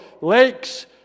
lakes